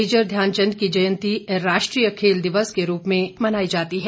major Dhyanchand की जयंती राष्ट्रीय खेल दिवस के रूप में मनाई जाती है